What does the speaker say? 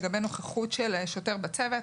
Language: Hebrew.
לגבי נוכחות של שוטר בצוות.